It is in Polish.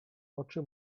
oczy